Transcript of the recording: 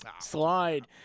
...slide